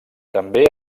també